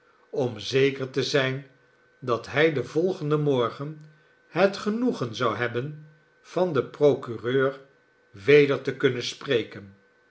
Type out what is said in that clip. om zeker te zijn dat hij den volgenden morgen het genoegen zou hebben van den procureur weder te kunnen spreken